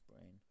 brain